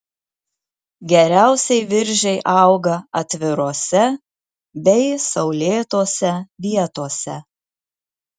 geriausiai viržiai auga atvirose bei saulėtose vietose